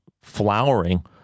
flowering